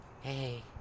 Hey